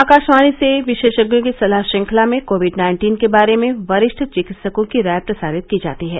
आकाशवाणी से विशेषज्ञों की सलाह श्रृंखला में कोविड नाइन्टन के बारे में वरिष्ठ चिकित्सकों की राय प्रसारित की जाती है